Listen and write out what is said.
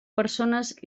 persones